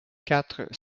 quatre